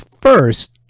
first